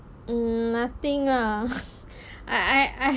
mm nothing ah I I I